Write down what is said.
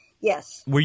Yes